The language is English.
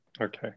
Okay